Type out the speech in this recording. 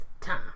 time